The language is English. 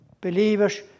Believers